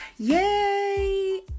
Yay